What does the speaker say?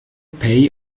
pay